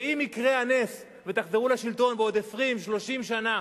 ואם יקרה הנס ותחזרו לשלטון בעוד 20 30 שנה,